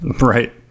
Right